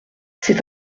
c’est